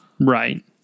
Right